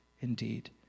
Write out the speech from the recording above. indeed